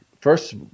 first